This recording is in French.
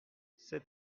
cet